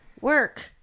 work